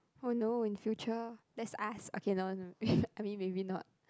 oh no in future let's ask okay no no I mean maybe not